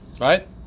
right